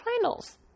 finals